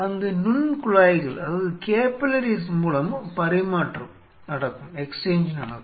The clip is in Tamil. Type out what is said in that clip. அங்கு நுண்குழாய்கள் மூலம் பரிமாற்றம் நடக்கும்